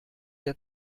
der